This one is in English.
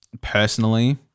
personally